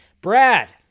Brad